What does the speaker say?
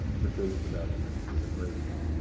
debates about um ah immigration.